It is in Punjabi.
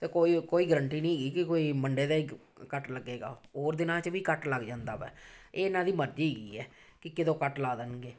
ਅਤੇ ਕੋਈ ਓ ਕੋਈ ਗਰੰਟੀ ਨਹੀਂ ਹੈਗੀ ਕਿ ਕੋਈ ਮੰਡੇ ਦਾ ਹੀ ਕ ਕੱਟ ਲੱਗੇਗਾ ਹੋਰ ਦਿਨਾਂ 'ਚ ਵੀ ਕੱਟ ਲੱਗ ਜਾਂਦਾ ਹੈ ਇਹ ਇਹਨਾਂ ਦੀ ਮਰਜ਼ੀ ਹੈਗੀ ਹੈ ਕਿ ਕਦੋਂ ਕੱਟ ਲਾ ਦੇਣਗੇ